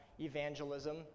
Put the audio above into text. evangelism